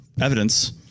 evidence